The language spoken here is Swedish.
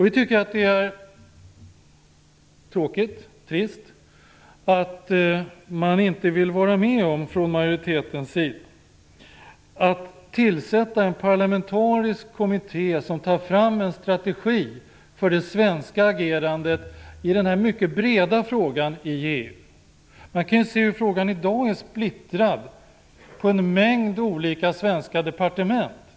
Vi tycker att det är tråkigt att man från majoritetens sida inte vill tillsätta en parlamentarisk kommitté som tar fram en strategi för det svenska agerandet i denna mycket breda fråga i EU. Man kan se hur frågan i dag är splittrad på en mängd olika svenska departement.